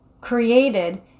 created